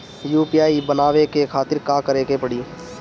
UPI बनावे के खातिर का करे के पड़ी?